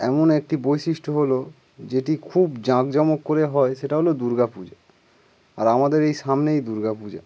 এমন একটি বৈশিষ্ট্য হলো যেটি খুব জাঁকজামক করে হয় সেটা হল দুর্গা পূজা আর আমাদের এই সামনেই দুর্গা পূজা